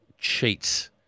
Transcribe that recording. cheats